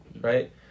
right